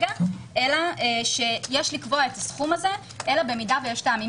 אלא שיש לקבוע את הסכום הזה אלא במידה ויש טעמים